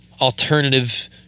alternative